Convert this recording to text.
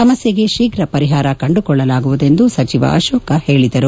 ಸಮಸ್ಥಗೆ ಶೀಘ ಪರಿಹಾರ ಕಂಡುಕೊಳ್ಳಲಾಗುವುದು ಎಂದು ಸಚಿವ ಅಕೋಕ್ ಹೇಳಿದರು